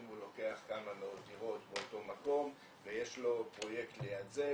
אם הוא לוקח כמה מאות דירות באותו מקום ויש לו פרויקט ליד זה,